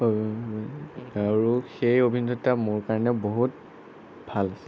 আৰু সেই অভিজ্ঞতা মোৰ কাৰণে বহুত ভাল